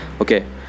okay